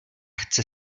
chce